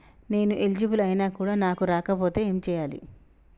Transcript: నేను ఎలిజిబుల్ ఐనా కూడా నాకు రాకపోతే ఏం చేయాలి?